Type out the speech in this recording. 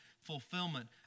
fulfillment